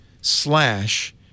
slash